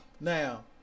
now